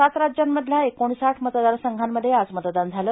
सात राज्यांमधल्या एकोणसाठ मतदारसंघांमध्ये आज मतदान झालं